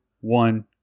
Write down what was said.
one